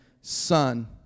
son